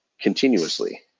continuously